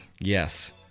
Yes